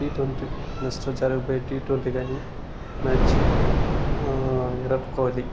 T twenty next జరగబోయే T twenty కానీ match Virat Kohli